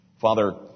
Father